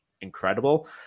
incredible